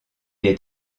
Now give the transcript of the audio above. est